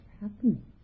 happening